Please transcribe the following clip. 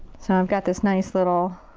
so i've got this nice little